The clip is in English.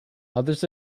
others